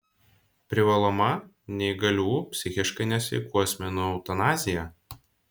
privaloma neįgalių psichiškai nesveikų asmenų eutanazija